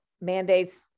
mandates